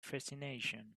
fascination